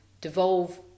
devolve